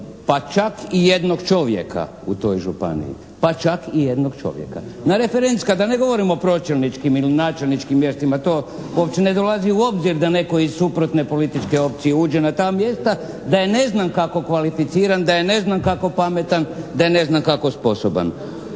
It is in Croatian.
Pa čak i jednog čovjeka. Na referentska, da ne govorim o pročelničkim ili načelničkim mjestima, to uopće ne dolazi u obzir da netko iz suprotne političke opcije uđe na ta mjesta, da je neznam kako kvalificiran, da je neznam kako pametan, da je neznam kako sposoban.